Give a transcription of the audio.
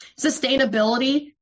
Sustainability